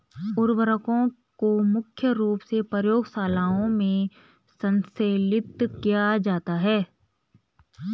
उर्वरकों को मुख्य रूप से प्रयोगशालाओं में संश्लेषित किया जाता है